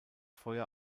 feuer